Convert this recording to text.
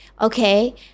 okay